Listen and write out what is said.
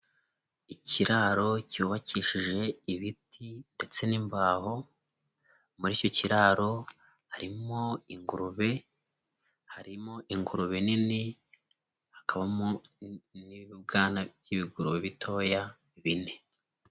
Ikiraro cyubakishije ibiti, ndetse n'imbaho. Muri icyo kiraro, harimo ingurube. Harimo ingurube nini. Hakabamo n'ibibwana by'ibigurube bitoya, bine.